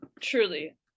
truly